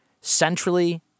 centrally